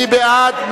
מי בעד?